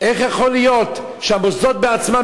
איך יכול להיות שהמוסדות בעצמם,